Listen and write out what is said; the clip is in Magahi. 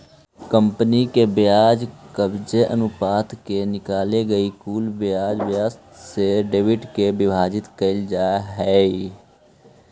कंपनी के ब्याज कवरेज अनुपात के निकाले लगी कुल ब्याज व्यय से ईबिट के विभाजित कईल जा हई